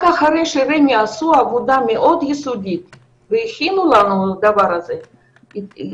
רק אחרי שרמ"י עשו עבודה מאוד יסודית והכינו לנו את הדבר הזה אישרנו